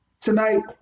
tonight